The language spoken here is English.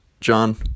John